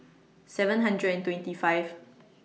seven hundred and twenty five